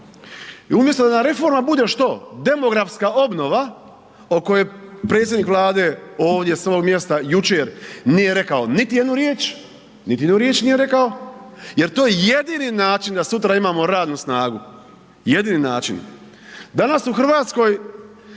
i umjesto da nam reforma bude što, demografska obnova o kojoj predsjednik Vlade ovdje s ovog mjesta jučer nije rekao niti jednu riječ, niti jednu riječ nije rekao jer to je jedini način da sutra imamo radnu snagu, jedini način. Danas u RH za